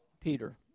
Peter